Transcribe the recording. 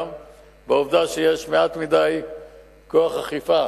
שיש מעט מדי כוח אכיפה